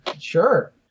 sure